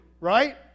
right